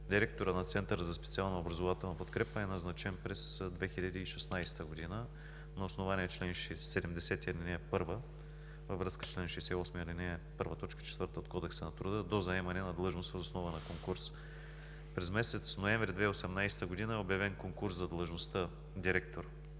Директорът на Центъра за специална образователна подкрепа е назначен през 2016 г. на основание чл. 70, ал. 1 във връзка с чл. 68, ал. 1, т. 4 от Кодекса на труда до заемане на длъжност въз основа на конкурс. През месец ноември 2018 г. е обявен конкурс за длъжността „директор“.